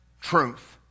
truth